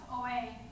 away